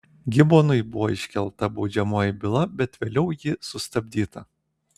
gibonui buvo iškelta baudžiamoji byla bet vėliau ji sustabdyta